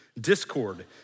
discord